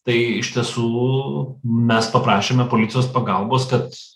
tai iš tiesų mes paprašėme policijos pagalbos kad